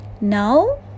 now